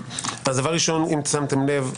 ראשית, אם שמתם לב,